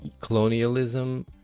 colonialism